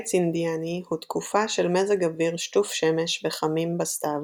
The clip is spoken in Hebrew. קיץ אינדיאני הוא תקופה של מזג אוויר שטוף שמש וחמים בסתיו,